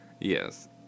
Yes